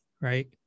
right